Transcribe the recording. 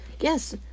Yes